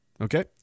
okay